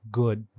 good